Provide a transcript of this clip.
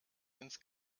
ins